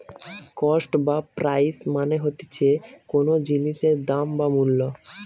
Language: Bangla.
কস্ট বা প্রাইস মানে হতিছে কোনো জিনিসের দাম বা মূল্য